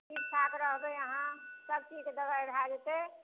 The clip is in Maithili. ठीक ठाक रहबै अहाँ सभचीजके दवाइ भए जेतै